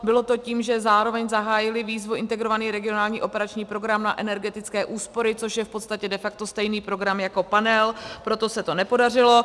Bylo to tím, že zároveň zahájili výzvu Integrovaný regionální operační program na energetické úspory, což je v podstatě de facto stejný program jako Panel, proto se to nepodařilo.